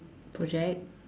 project